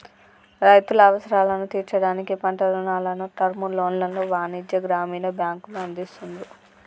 రైతుల అవసరాలను తీర్చడానికి పంట రుణాలను, టర్మ్ లోన్లను వాణిజ్య, గ్రామీణ బ్యాంకులు అందిస్తున్రు